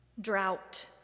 drought